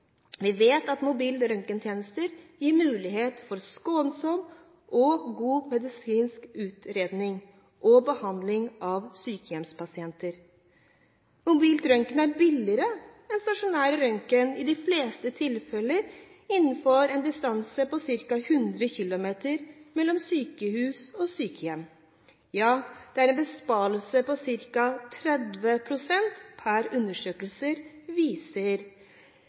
Vi vet at mobile røntgentjenester gir mulighet for skånsom og god medisinsk utredning og behandling av sykehjemspasienter. Mobil røntgen er billigere enn stasjonær røntgen i de fleste tilfeller innenfor en distanse på ca. 100 km mellom sykehus og sykehjem. Det er en besparelse på ca. 30 pst. per undersøkelse, viser